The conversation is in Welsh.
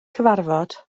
cyfarfod